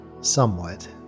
somewhat